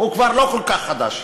הוא כבר לא כל כך חדש.